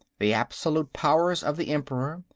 the absolute powers of the emperor.